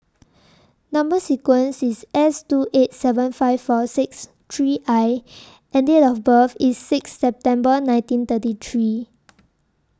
Number sequence IS S two eight seven five four six three I and Date of birth IS six September nineteen thirty three